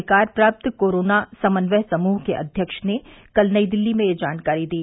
अधिकार प्राप्त कोरोना समन्वय समूह के अध्यक्ष ने कल नई दिल्ली में यह जानकारी दी